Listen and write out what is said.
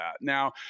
Now